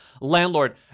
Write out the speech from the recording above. landlord